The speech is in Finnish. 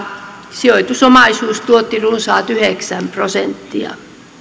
sijoitusomaisuus tuotti runsaat yhdeksän prosenttia